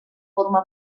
forma